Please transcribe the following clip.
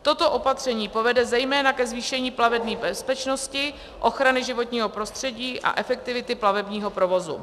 Toto opatření povede zejména ke zvýšení plavební bezpečnosti, ochrany životního prostředí a efektivity plavebního provozu.